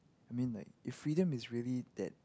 I mean like if freedom is really that